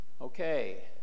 Okay